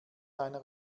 einer